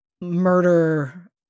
murder